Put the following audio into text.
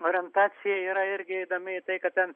orientacija yra irgi įdomi į tai kad ten